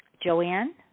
Joanne